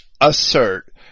assert